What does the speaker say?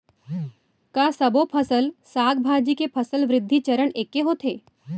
का सबो फसल, साग भाजी के फसल वृद्धि चरण ऐके होथे?